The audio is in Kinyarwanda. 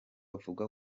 avuga